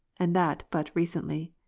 and that but recently.